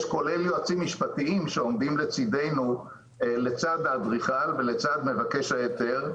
כולל יועצים משפטיים שעומדים לצד האדריכל ולצד מבקש ההיתר,